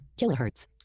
Kilohertz